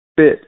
fit